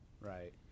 Right